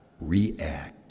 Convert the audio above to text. react